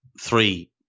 three